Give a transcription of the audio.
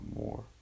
more